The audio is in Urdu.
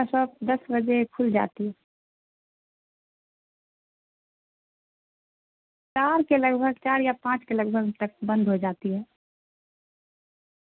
اس کے جو کیا بیٹری لائف ہے اس کی بیٹری لائف بہت زیادہ ہے تیس گھنٹے تک اس میں تیس لم اس میں چل سکتے ہیں اس میں فاسٹ چارجنگ ہے اور نئے کلر میں بھی ہمارے پاس موجود ہے